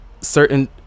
certain